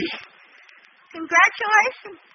Congratulations